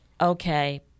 okay